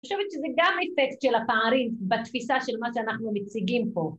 ‫אני חושבת שזה גם אפקט של הפערים ‫בתפיסה של מה שאנחנו מציגים פה.